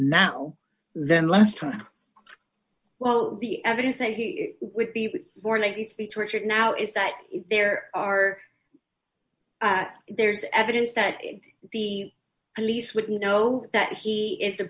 now then last time well the evidence that he would be more likely to be tortured now is that there are there's evidence that the police would know that he is the